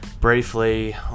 briefly